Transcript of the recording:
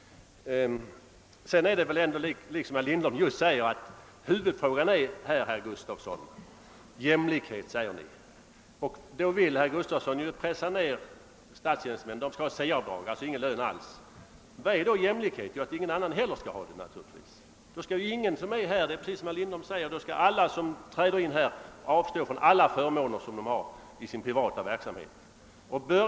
Vidare förhåller det sig väl som herr Lindholm säger, nämligen att huvudfrågan här är jämlikhet, och då vill herr Gustavsson pressa ner statstjänstemännen. De skall ha C-avdrag, alltså ingen lön alls. Vad är då jämlikhet? Jo, att ingen annan heller skall ha det, naturligtvis. Då skall, som herr Lindholm säger, alla som träder in här i huset avstå från alla förmåner som de har i sin privata verksamhet.